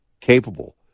capable